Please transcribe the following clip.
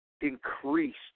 increased